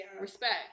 respect